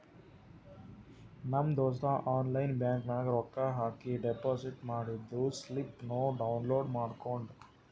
ನಮ್ ದೋಸ್ತ online bank ನಾಗ್ ರೊಕ್ಕಾ ಹಾಕಿ ಡೆಪೋಸಿಟ್ ಮಾಡಿದ್ದು ಸ್ಲಿಪ್ನೂ ಡೌನ್ಲೋಡ್ ಮಾಡ್ಕೊಂಡ್